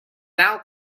thou